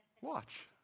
Watch